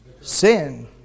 Sin